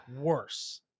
worse